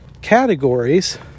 categories